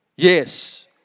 Yes